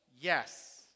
Yes